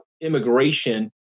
immigration